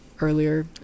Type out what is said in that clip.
earlier